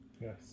yes